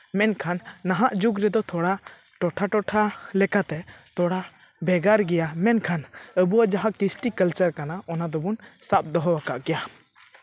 ᱢᱮᱱᱠᱷᱟᱱ ᱱᱟᱦᱟᱜ ᱡᱩᱜᱽ ᱨᱮᱫᱚ ᱛᱷᱚᱲᱟ ᱴᱚᱴᱷᱟ ᱴᱚᱴᱷᱟ ᱞᱮᱠᱟᱛᱮ ᱛᱷᱚᱲᱟ ᱵᱷᱮᱜᱟᱨ ᱜᱮᱭᱟ ᱢᱮᱱᱠᱷᱟᱱ ᱟᱵᱚᱣᱟᱜ ᱡᱟᱦᱟᱸ ᱠᱨᱤᱥᱴᱤ ᱠᱟᱞᱪᱟᱨ ᱠᱟᱱᱟ ᱚᱱᱟ ᱫᱚᱵᱚᱱ ᱥᱟᱵ ᱫᱚᱦᱚ ᱟᱠᱟᱫ ᱜᱮᱭᱟ